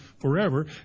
forever